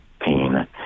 pain